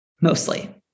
mostly